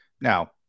now